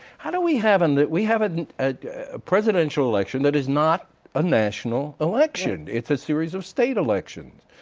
how do we have and that we have a presidential election that is not a national election? it's a series of state elections,